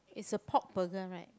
is a pork burger right